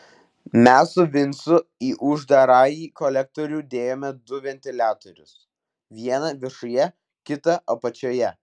mes su vincu į uždarąjį kolektorių dėjome du ventiliatorius vieną viršuje kitą apačioje